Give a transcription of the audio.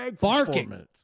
barking